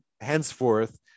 henceforth